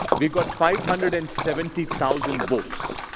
we got five hundred and seventy thousand votes,